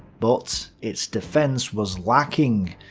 but its defense was lacking.